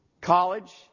college